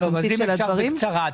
תציגי את הנתונים בקצרה.